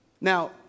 Now